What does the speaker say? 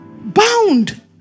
bound